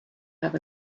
have